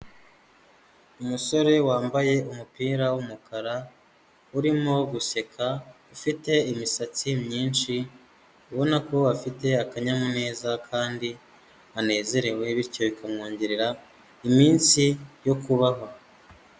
Umusore wambaye umupira wumukara urimo guseka ufite imisatsi myinshi ubona ko afite akanyamuneza kandi anezerewe bityo bikamwongerera iminsi yo kubaho.